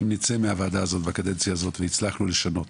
אם נצא מהוועדה הזאת בקדנציה הזאת והצלחנו לשנות